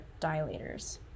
dilators